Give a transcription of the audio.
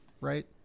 right